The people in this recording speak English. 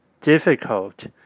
difficult